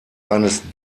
eines